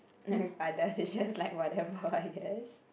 but then it's just like whatever I guess